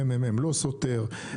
מ.מ.מ לא סותר,